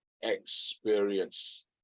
experience